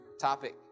topic